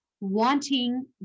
wanting